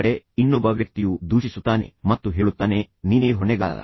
ಈ ಕಡೆ ಇನ್ನೊಬ್ಬ ವ್ಯಕ್ತಿಯು ದೂಷಿಸುತ್ತಾನೆ ಮತ್ತು ಹೇಳುತ್ತಾನೆಃ ನೀನೇ ಹೊಣೆಗಾರ